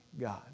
God